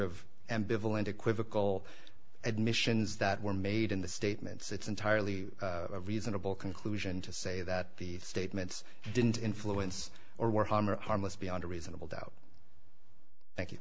of ambivalent equivocal admissions that were made in the statements it's entirely reasonable conclusion to say that the statements didn't influence or warhammer harmless beyond a reasonable doubt